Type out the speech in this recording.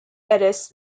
arrests